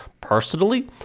personally